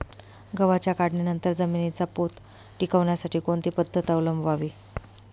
गव्हाच्या काढणीनंतर जमिनीचा पोत टिकवण्यासाठी कोणती पद्धत अवलंबवावी?